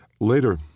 Later